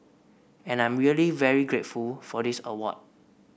and I'm really very grateful for this award